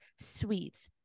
sweets